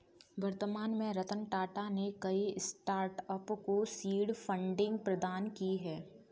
वर्तमान में रतन टाटा ने कई स्टार्टअप को सीड फंडिंग प्रदान की है